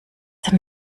denn